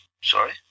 Sorry